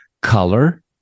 color